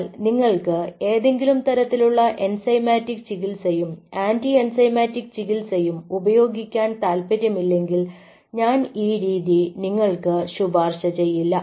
എന്നാൽ നിങ്ങൾക്ക് ഏതെങ്കിലും തരത്തിലുള്ള എൻസൈമാറ്റിക് ചികിത്സയും ആന്റി എൻസൈമാറ്റിക് ചികിത്സയും ഉപയോഗിക്കാൻ താൽപ്പര്യമില്ലെങ്കിൽ ഞാൻ ആ രീതി നിങ്ങൾക്ക് ശുപാർശ ചെയ്യില്ല